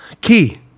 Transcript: Key